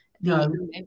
no